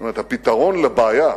זאת אומרת, הפתרון לבעיה